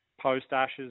post-ashes